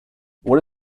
what